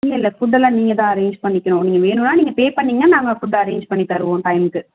இல்லை இல்லை ஃபுட்டெல்லாம் நீங்கள்தான் அரேஞ்ச் பண்ணிக்கணும் நீங்கள் வேணும்னா நீங்கள் பே பண்ணிங்கனா நாங்கள் ஃபுட் அரேஞ்ச் பண்ணித்தருவோம் டைமுக்கு